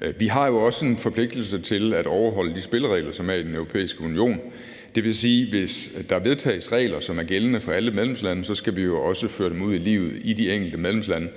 også har en forpligtelse til at overholde de spilleregler, som er i Den Europæiske Union. Det vil sige, at hvis der vedtages regler, som er gældende for alle medlemslande, skal vi jo også føre dem ud i livet i de enkelte medlemslande,